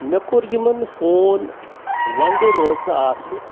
مےٚ کوٚر یِمَن فون وَندٕ رٲژٕ آسہٕ